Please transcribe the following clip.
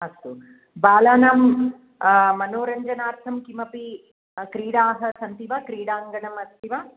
अस्तु बालानां मनोरञ्जनार्थं किमपि क्रीडाः सन्ति वा क्रीडाङ्गणम् अस्ति वा